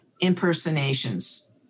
impersonations